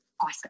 awesome